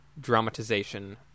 dramatization